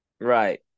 Right